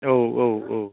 औ औ औ